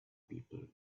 people